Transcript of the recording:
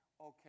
okay